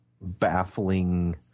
baffling